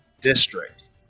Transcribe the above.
district